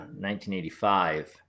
1985